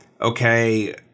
okay